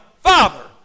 father